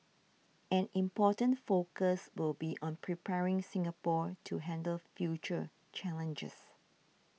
an important focus will be on preparing Singapore to handle future challenges